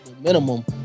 minimum